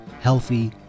healthy